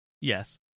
Yes